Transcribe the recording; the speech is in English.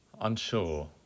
Unsure